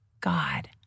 God